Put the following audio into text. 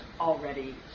already